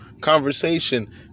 conversation